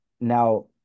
now